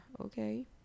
okay